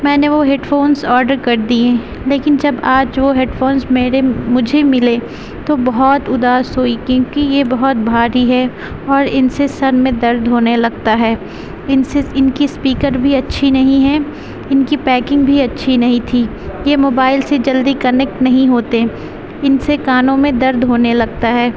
میں نے وہ ہیڈ فونس آڈر کردیے لیکن جب آج وہ ہیڈ فونس میرے مجھے ملے تو بہت اداس ہوئی کیونکہ یہ بہت بھاری ہے اور ان سے سر میں درد ہونے لگتا ہے ان سے ان کی اسپیکر بھی اچھی نہیں ہے ان کی پیکنگ بھی اچھی نہیں تھی یہ موبائل سے جلدی کنکٹ نہیں ہوتے ان سے کانوں میں درد ہونے لگتا ہے